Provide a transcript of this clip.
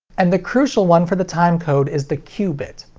and the crucial one for the timecode is the q bit.